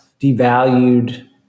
devalued